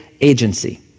agency